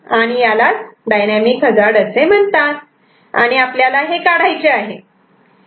आणि यालाच dynamic hazard असे म्हणतात आणि आपल्याला हे काढायचे आहे